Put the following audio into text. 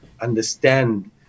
understand